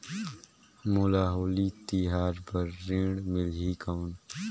मोला होली तिहार बार ऋण मिलही कौन?